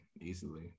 Easily